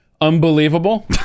unbelievable